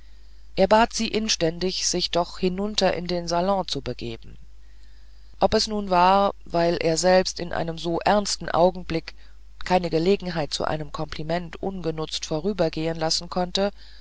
er bat sie inständig sich doch hinunter in den salon zu begeben ob es nun war weil er selbst in einem so ernsten augenblick keine gelegenheit zu einem kompliment unbenutzt vorübergehen lassen konnte